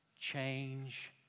change